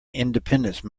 independence